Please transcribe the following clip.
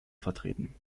vertreten